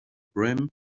brim